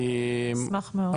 אני אשמח מאוד.